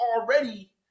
already